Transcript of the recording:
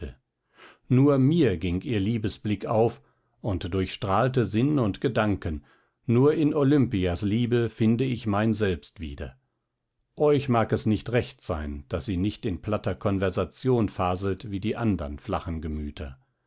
nur mir ging ihr liebesblick auf und durchstrahlte sinn und gedanken nur in olimpias liebe finde ich mein selbst wieder euch mag es nicht recht sein daß sie nicht in platter konversation faselt wie die andern flachen gemüter